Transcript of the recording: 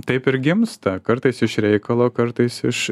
taip ir gimsta kartais iš reikalo kartais iš